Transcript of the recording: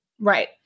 Right